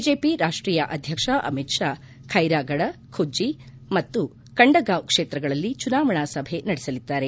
BJP ರಾಷ್ಷೀಯ ಅಧ್ಯಕ್ಷ ಅಮಿತ್ ಷಾ ಖೈರಾಗಡ ಖುಜ್ಜ ಮತ್ತು ಕಂಡಗಾಂವ್ ಕ್ಷೇತ್ರಗಳಲ್ಲಿ ಚುನಾವಣಾ ಸಭೆ ನಡೆಸಲಿದ್ದಾರೆ